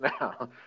now